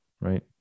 right